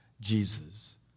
Jesus